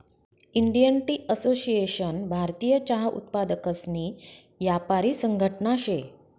Indian tea association भारतीय चहा उत्पादकसनी यापारी संघटना शे